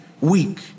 week